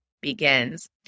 begins